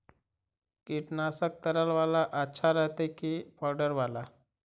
कीटनाशक तरल बाला अच्छा रहतै कि पाउडर बाला?